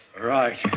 Right